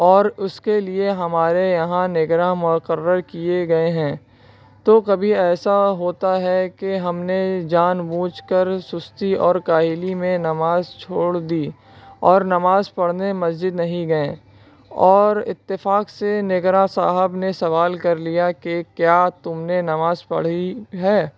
اور اس کے لیے ہمارے یہاں نگراں مقرر کیے گئے ہیں تو کبھی ایسا ہوتا ہے کہ ہم نے جان بوجھ کر سستی اور کاہلی میں نماز چھوڑ دی اور نماز پڑھنے مسجد نہیں گئے اور اتفاق سے نگراں صاحب نے سوال کر لیا کہ کیا تم نے نماز پڑھی ہے